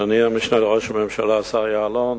אדוני המשנה לראש הממשלה השר יעלון,